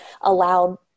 allowed